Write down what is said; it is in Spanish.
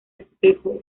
espejo